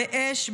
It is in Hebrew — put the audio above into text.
באש,